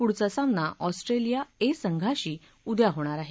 पुढचा सामना Australia A संघाशी उद्या होणार आहे